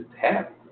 tap